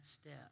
step